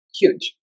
huge